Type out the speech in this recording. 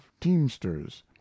teamsters